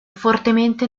fortemente